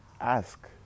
ask